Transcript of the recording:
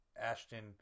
Ashton